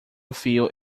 fio